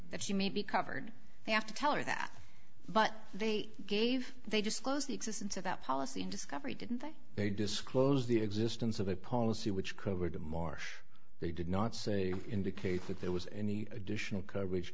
that she may be covered they have to tell her that but they gave they disclose the existence of that policy in discovery didn't they they was the existence of a policy which covered the marsh they did not say indicate that there was any additional coverage